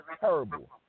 terrible